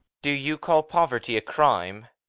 do you call poverty a crime?